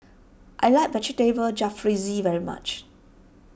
I like Vegetable Jalfrezi very much